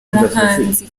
muhanzi